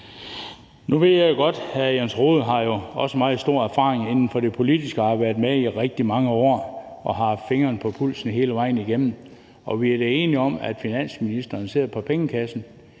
Nu ved jeg jo også godt, at hr. Jens Rohde har meget stor erfaring inden for det politiske arbejde. Han har været med i rigtig mange år og har haft fingeren på pulsen hele vejen igennem, og vi er da enige om, at finansministeren sidder på pengekassen.